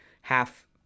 half